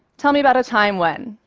tell me about a time when,